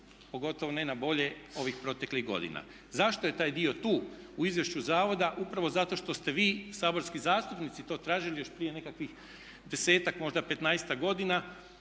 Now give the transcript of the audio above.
pogotovo ne na bolje ovih proteklih godina. Zašto je taj dio tu u izvješću zavoda? Upravo zato što ste vi saborski zastupnici to tražili još prije nekakvih 10-ak možda 15-ak godina